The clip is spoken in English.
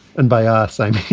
and by ah saying, hey,